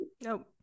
Nope